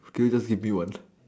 can you just repeat once